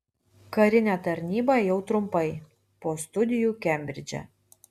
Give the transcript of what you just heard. karinę tarnybą ėjau trumpai po studijų kembridže